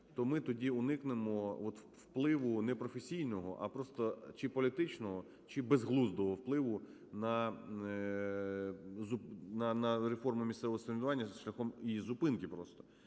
то ми тоді уникнемо от впливу не професійного, а просто чи політичного, чи безглуздого впливу на реформу місцевого самоврядування шляхом її зупинки просто.